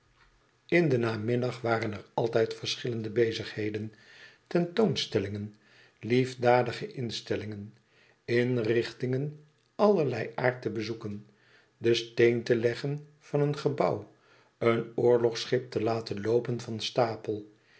in den namiddag waren er altijd verschillende bezigheden tentoonstellingen liefdadige instellingen inrichtingen van allerlei aard te bezoeken den steen te leggen van een gebouw een oorlogschip te laten loopen van stapel